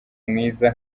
mwiza